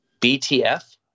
BTF